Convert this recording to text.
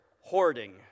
hoarding